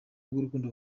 bw’urukundo